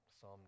Psalm